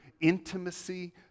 intimacy